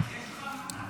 אז יש לך מעמד.